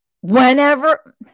whenever